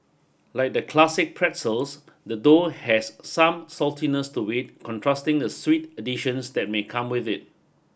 like the classic pretzels the dough has some saltiness to it contrasting the sweet additions that may come with it